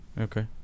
Okay